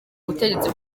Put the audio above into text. butegetsi